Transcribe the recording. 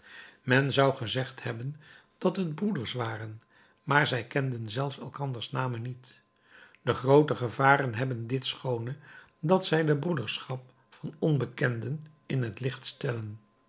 men zou gezegd hebben dat het broeders waren maar zij kenden zelfs elkanders namen niet de groote gevaren hebben dit schoone dat zij de broederschap van onbekenden in het licht stellen